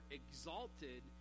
exalted